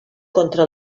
contra